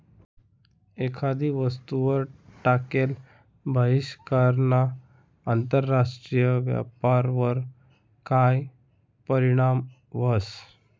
एखादी वस्तूवर टाकेल बहिष्कारना आंतरराष्ट्रीय व्यापारवर काय परीणाम व्हस?